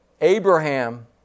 Abraham